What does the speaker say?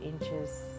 inches